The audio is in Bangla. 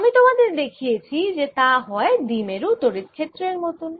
আমি তোমাদের দেখিয়েছি যে তা হয় দ্বিমেরুর তড়িৎ ক্ষেত্রের মতন